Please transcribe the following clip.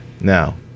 now